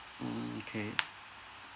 mm K